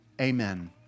Amen